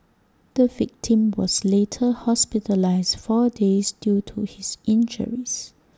the victim was later hospitalised four days due to his injuries